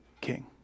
king